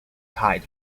tide